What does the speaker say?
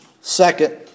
second